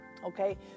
Okay